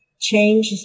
Change